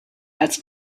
als